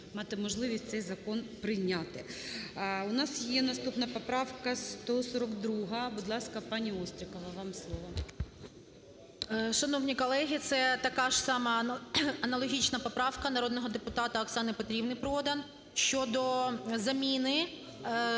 мати можливість цей закон прийняти. У нас є наступна поправка 142. Будь ласка, пані Острікова, вам слово. 13:52:32 ОСТРІКОВА Т.Г. Шановні колеги, це така ж сама, аналогічна поправка народного депутата Оксани Петрівни Продан щодо заміни